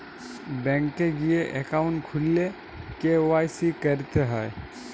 bank এ গিয়ে account খুললে কে.ওয়াই.সি ক্যরতে হ্যয়